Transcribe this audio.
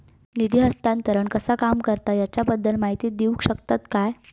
निधी हस्तांतरण कसा काम करता ह्याच्या बद्दल माहिती दिउक शकतात काय?